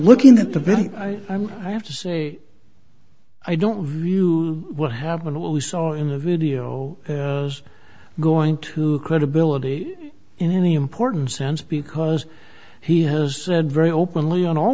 looking at the video i have to say i don't view what happened what we saw in the video was going to credibility in any importance sense because he has said very openly on